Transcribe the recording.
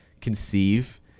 conceive